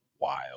wild